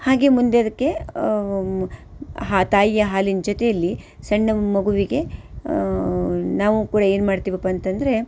ಹಾಗೇ ಮುಂದೆ ಅದಕ್ಕೆ ಹಾ ತಾಯಿಯ ಹಾಲಿನ ಜೊತೆಯಲ್ಲಿ ಸಣ್ಣ ಮಗುವಿಗೆ ನಾವು ಕೂಡ ಏನು ಮಾಡ್ತೀವಪ್ಪ ಅಂತ ಅಂದರೆ